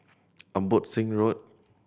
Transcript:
Abbotsingh Road